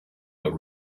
but